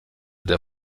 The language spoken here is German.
der